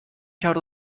کرد